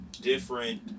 different